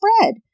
spread